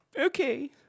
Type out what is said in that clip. Okay